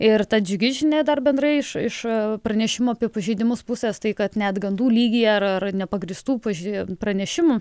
ir ta džiugi žinia dar bendrai iš pranešimų apie pažeidimus pusės tai kad net gandų lygyje ar nepagrįstų pranešimų